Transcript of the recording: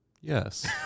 Yes